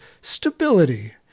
stability